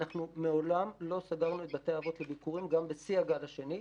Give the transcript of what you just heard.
אנחנו מעולם לא סגרנו את בתי האבות לביקורים גם בשיא הגל השני,